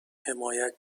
حمایت